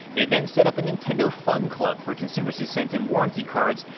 they then set up a nintendo fun club for consumers who sent in warranty cards,